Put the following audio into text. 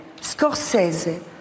Scorsese